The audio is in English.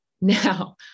Now